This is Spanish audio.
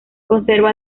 conserva